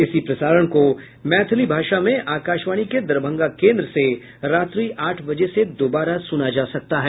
इसी प्रसारण को मैथिली भाषा में आकाशवाणी के दरभंगा केन्द्र से रात्रि आठ बजे से दोबारा सुना जा सकता है